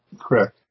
Correct